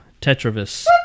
Tetravis